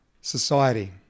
society